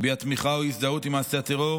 הביע תמיכה או הזדהות עם מעשה הטרור